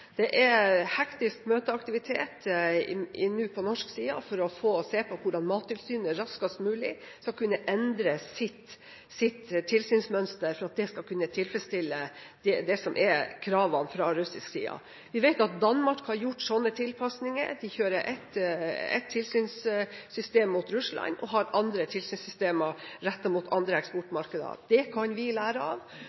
Det er hektisk møteaktivitet på norsk side nå for å se på hvordan Mattilsynet raskest mulig skal kunne endre sitt tilsynsmønster for å kunne tilfredsstille kravene fra russisk side. Vi vet at Danmark har gjort sånne tilpassinger. De kjører ett tilsynssystem mot Russland og har andre tilsynssystem rettet mot andre